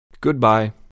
Goodbye